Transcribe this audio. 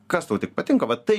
kas tau tik patinka va tai